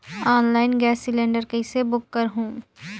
Online gas cylinder कइसे book करहु?